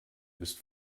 ist